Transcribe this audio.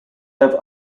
have